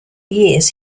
years